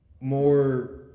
more